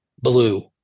blue